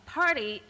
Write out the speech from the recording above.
party